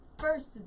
First